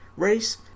race